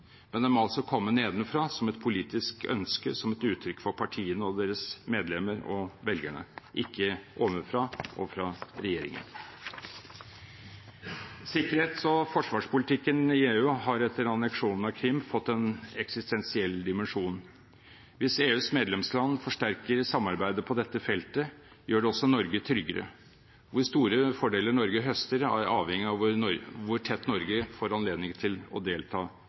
men det må altså komme nedenfra, som et politisk ønske, som et uttrykk fra partiene og deres medlemmer og velgere, ikke ovenfra og fra regjeringen. Sikkerhets- og forsvarspolitikken i EU har etter anneksjonen av Krim fått en eksistensiell dimensjon. Hvis EUs medlemsland forsterker samarbeidet på dette feltet, gjør det også Norge tryggere. Hvor store fordeler Norge høster, avhenger av hvor tett Norge får anledning til å delta